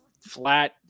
flat